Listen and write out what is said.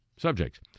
subjects